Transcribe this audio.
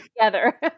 Together